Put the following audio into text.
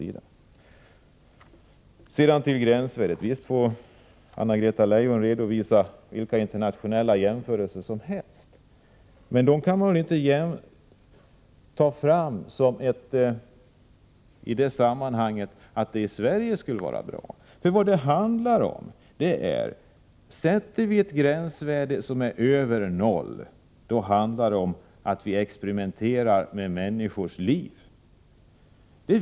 Beträffande gränsvärden: Visst får Anna-Greta Leijon redovisa vilka internationella jämförelser som helst. Men man kan väl inte ta fram dem för att säga att det skulle vara bra i Sverige. Vad det handlar om är: Sätter vi ett gränsvärde som är över noll, då experimenterar vi med människors liv.